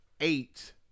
eight